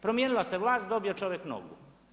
Promijenila se vlast, dobio čovjek nogu.